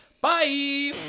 Bye